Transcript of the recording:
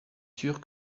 sûr